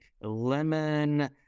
lemon